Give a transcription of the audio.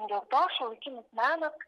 dėl to šiuolaikinis menas